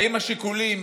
האם השיקולים